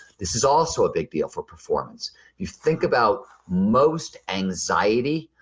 this is also a big deal for performance you think about most anxiety,